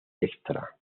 extra